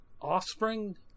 Offspring